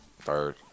Third